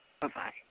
Bye-bye